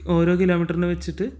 ഓരോ കിലോമീറ്ററിന് വെച്ചിട്ട്